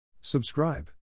Subscribe